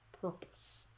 purpose